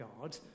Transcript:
God